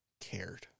cared